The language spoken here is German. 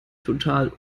total